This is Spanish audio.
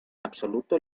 absoluto